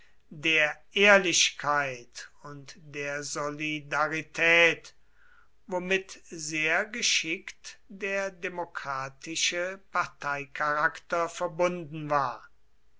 der ehrlichkeit und der solidarität womit sehr geschickt der demokratische parteicharakter verbunden war